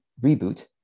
reboot